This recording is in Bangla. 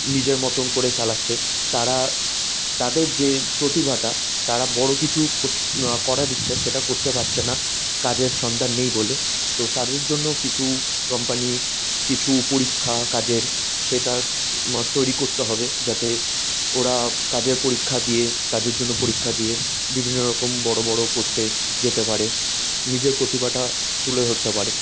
নিজের মতন করে চালাচ্ছে তারা তাদের যে প্রতিভাটা তারা বড়ো কিছু কোর করার ইচ্ছা সেটা করতে পারছে না কাজের সন্ধান নেই বলে তো তাদের জন্য কিছু কোম্পানি কিছু পরীক্ষা কাজের সেটা তৈরি করতে হবে যাতে ওরা কাজের পরীক্ষা দিয়ে কাজের জন্য পরীক্ষা দিয়ে বিভিন্ন রকম বড়ো বড়ো পোস্টে যেতে পারে নিজের প্রতিভাটা তুলে ধরতে পারে